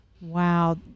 wow